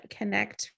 Connect